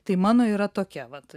tai mano yra tokia vat